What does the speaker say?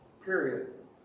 period